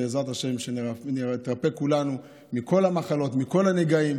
בעזרת השם, שנתרפא כולנו מכל המחלות, מכל הנגעים.